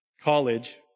college